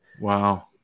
Wow